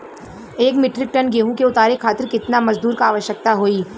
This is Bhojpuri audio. एक मिट्रीक टन गेहूँ के उतारे खातीर कितना मजदूर क आवश्यकता होई?